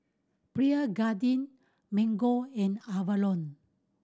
Pierre Cardin Mango and Avalon